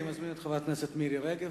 אני מזמין את חברת הכנסת מירי רגב,